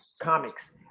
comics